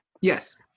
Yes